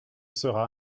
sera